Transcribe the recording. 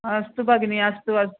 अस्तु भगिनि अस्तु